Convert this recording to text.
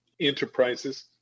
enterprises